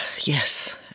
Yes